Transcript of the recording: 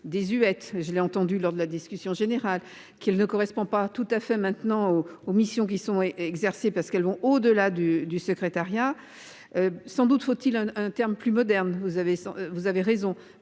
Je l'ai entendu lors de la discussion générale qu'il ne correspond pas tout à fait maintenant aux aux missions qui sont exercées parce qu'elles vont au-delà du, du secrétariat. Sans doute faut-il un terme plus moderne. Vous avez, vous